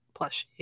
plushie